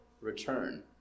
return